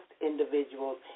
individuals